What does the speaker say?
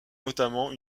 notamment